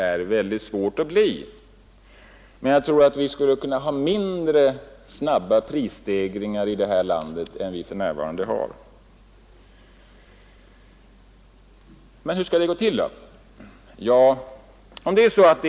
Men jag tror att prisstegringarna i det här landet skulle kunna vara mindre snabba än de för närvarande är. Hur skall det gå till att åstadkomma detta?